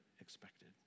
expected